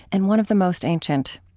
and one of the most ancient.